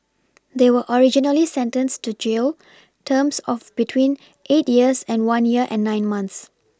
they were originally sentenced to jail terms of between eight years and one year and nine months